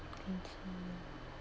I see